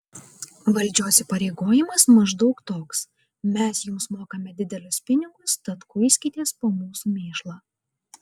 valdžios įpareigojimas maždaug toks mes jums mokame didelius pinigus tad kuiskitės po mūsų mėšlą